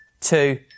two